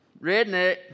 Redneck